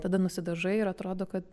tada nusidažai ir atrodo ka